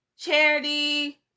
Charity